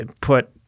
put